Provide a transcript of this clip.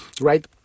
right